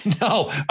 No